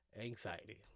anxiety